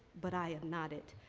but i am not it.